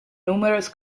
numerous